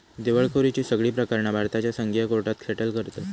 दिवळखोरीची सगळी प्रकरणा भारताच्या संघीय कोर्टात सेटल करतत